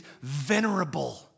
venerable